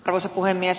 arvoisa puhemies